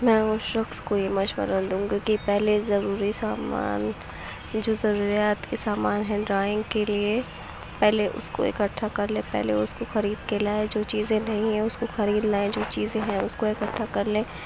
میں اس شخص کو یہ مشورہ دوں گی کہ پہلے ضروری سامان جو ضروریات کے سامان ہیں ڈرائنگ کے لیے پہلے اس کو اکٹھا کرلیں پہلے اس کو خرید کے لائیں جو چیزیں نہیں ہیں اس کو خرید لائیں جو چیزیں ہیں اس کو اکٹھا کر لیں